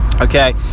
okay